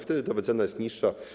Wtedy ta wycena jest niższa.